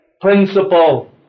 Principle